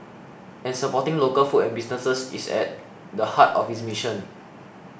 and supporting local food and businesses is at the heart of its mission